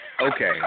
Okay